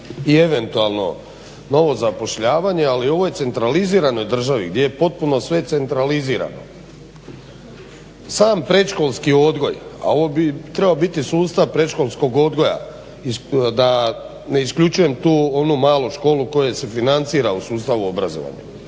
i eventualno novo zapošljavanje, ali u ovoj centraliziranoj državi gdje je potpuno sve centralizirano sam predškolski odgoj, a ovo bi trebao biti sustav predškolskog odgoja da ne isključujem tu onu malu školu koja se financira u sustavu obrazovanja,